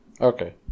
Okay